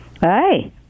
Hi